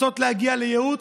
רוצות להגיע לייעוץ,